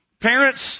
parents